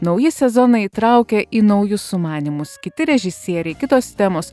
nauji sezonai įtraukia į naujus sumanymus kiti režisieriai kitos temos